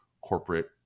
corporate